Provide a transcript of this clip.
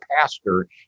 pastor